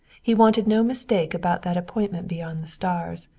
he wanted no mistake about that appointment beyond the stars.